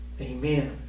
amen